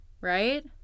Right